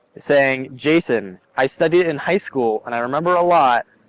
saying, jason, i studied it in high school, and i remember a lot,